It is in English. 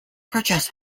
purchase